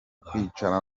kwicara